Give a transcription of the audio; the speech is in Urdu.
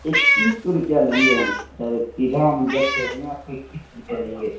اکیس سو روپیہ لیں گے ہم ڈائریکٹ سیدھا ہم جب کہہ دیے آپ کو اکیس سو روپیہ لیں گے